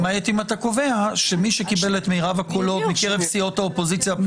למעט אם אתה קובע שמי שקיבל את מירב הקולות מקרב סיעות האופוזיציה,